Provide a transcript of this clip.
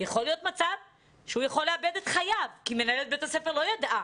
יכול להיות מצב שהוא יכול לאבד את חייו כי מנהלת בית הספר לא ידעה,